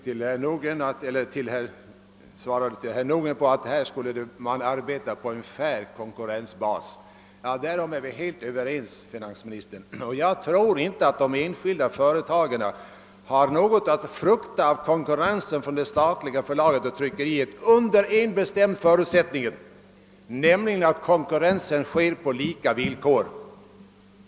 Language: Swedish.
Till herr Nordgren sade finansministern, att företagen skall arbeta på en fair konkurrensbas. Att man bör göra det är vi helt överens om. Jag tror inte att de enskilda företagen har något att frukta när det gäller konkurrensen från det statliga förlaget och det statliga tryckeriet — under den bestämda förutsättningen att konkurrensen sker på lika villkor.